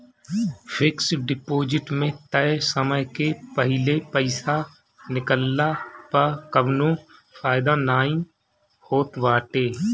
fix deposit में तय समय के पहिले पईसा निकलला पअ कवनो फायदा नाइ होत बाटे